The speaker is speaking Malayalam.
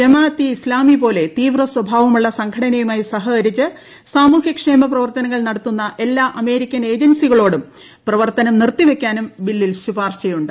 ജമാ അത് ഇ ഇസ്ലാമി പോലെ തീവ്ര സ്വഭാവമുള്ള സംഘട്ടന്റിയുമായി സഹകരിച്ച് സാമൂഹ്യക്ഷേമ പ്രവർത്തനങ്ങൾ നടത്തുന്ന എല്ലാ അമേരിക്കൻ ഏജൻസികളോടും പ്രവർത്തനം നിറുത്തിവയ്ക്കാനും ബില്ലിൽ ശുപാർശയുണ്ട്